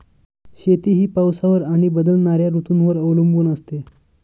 शेती ही पावसावर आणि बदलणाऱ्या ऋतूंवर अवलंबून असते